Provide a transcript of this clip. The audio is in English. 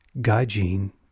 Gaijin